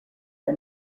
for